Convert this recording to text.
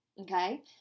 okay